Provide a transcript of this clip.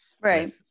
Right